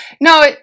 no